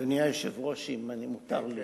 אדוני היושב-ראש, אם מותר לי?